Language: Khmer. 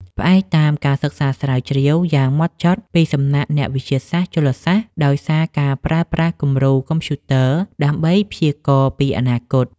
ផ្អែកតាមការសិក្សាស្រាវជ្រាវយ៉ាងហ្មត់ចត់ពីសំណាក់អ្នកវិទ្យាសាស្ត្រជលសាស្ត្រ ដោយការប្រើប្រាស់គំរូកុំព្យូទ័រដើម្បីព្យាករណ៍ពីអនាគត។